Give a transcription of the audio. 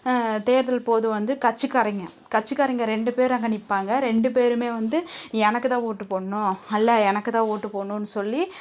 தேர்தல் போது வந்து கட்சிக்காரங்க கட்சிக்காரங்க ரெண்டு பேர் அங்கே நிற்பாங்க ரெண்டுப்பேருமே வந்து எனக்குதான் ஓட்டு போடணும் எல்லா எனக்குதான் ஓட்டு போடணுன்னு சொல்லி